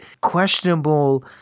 questionable